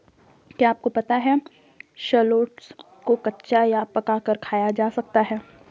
क्या आपको पता है शलोट्स को कच्चा या पकाकर खाया जा सकता है?